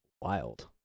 wild